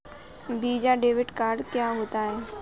Visa debit card क्या होता है?